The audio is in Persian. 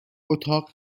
اتاق